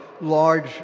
large